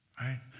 right